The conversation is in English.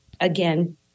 again